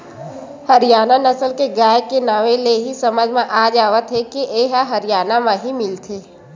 हरियाना नसल के गाय के नांवे ले ही समझ म आ जावत हे के ए ह हरयाना म ही मिलथे